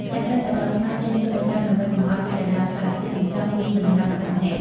អ្នកត្រូវតែដកស្មៅចេញជាប្រចាំ ដើម្បីកុំឱ្យវាដណ្តើមសារធាតុចិញ្ចឹមពីដំណាំរបស់អ្នក។